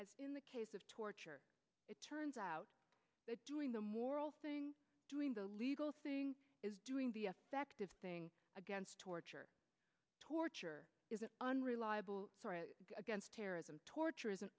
as in the case of torture it turns out that doing the moral doing the legal thing is doing the affective thing against torture torture is unreliable against terrorism torture is an